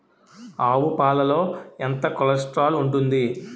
ఆవు పాలలో ఎంత కొలెస్ట్రాల్ ఉంటుంది?